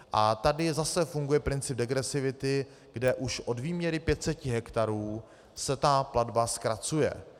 A tady zase funguje princip degresivity, kde už od výměry 500 hektarů se ta platba zkracuje.